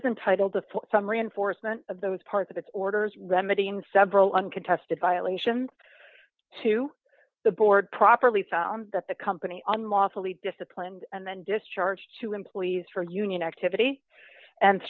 is entitled to some reinforcement of those parts of its orders remedying several uncontested violations to the board properly found that the company unlawfully disciplined and then discharged two employees for union activity and